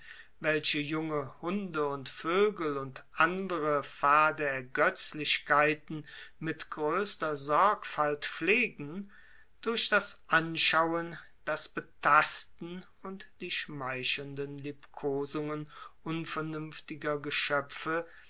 welche junge hunde und vögel und fade ergötzlichkeiten mit größter sorgfalt pflegen durch das anschauen das betasten und die schmeichelnden liebkosungen unvernünftiger geschöpfe